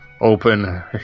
open